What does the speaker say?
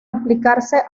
aplicarse